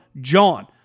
JOHN